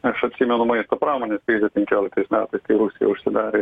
aš atsimenu maisto pramonės krizę penkioliktais metais kai rusija užsidarė